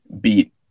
beat –